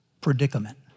predicament